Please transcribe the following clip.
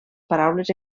paraules